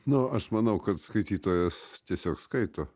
nu aš manau kad skaitytojas tiesiog skaito